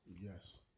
Yes